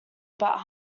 about